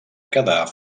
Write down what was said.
quedar